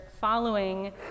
following